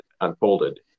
unfolded